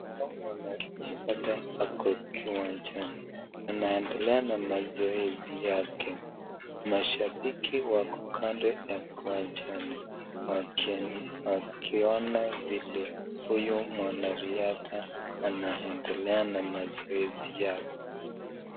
Mwanariadha ako uwanjani. Anaendelea na mazoezi yake. Mashabiki wako kando ya uwanjani, wakione vile huyu mwanariadha anaendelea na mazoezi yake.